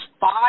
five